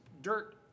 dirt